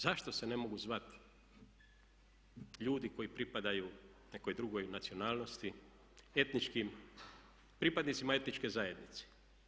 Zašto se ne mogu zvat ljudi koji pripadaju nekoj drugoj nacionalnosti, pripadnicima etničke zajednice.